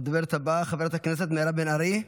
הדוברת הבאה, חברת הכנסת מירב בן ארי,